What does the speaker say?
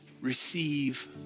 receive